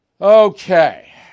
Okay